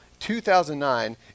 2009